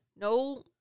no